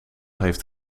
heeft